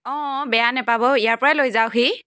অঁ বেয়া নাপাব ইয়াৰ পৰাই লৈ যাওকহি